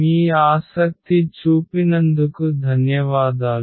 మీ ఆసక్తి చూపినందుకు ధన్యవాదాలు